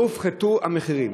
לא הופחתו המחירים.